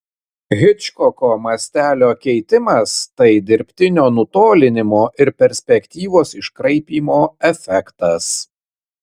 hičkoko mastelio keitimas tai dirbtinio nutolinimo ir perspektyvos iškraipymo efektas